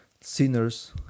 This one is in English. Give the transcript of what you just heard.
sinners